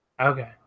Okay